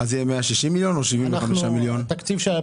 התקציב יהיה 160 מיליון או 75 מיליון שקלים?